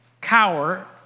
cower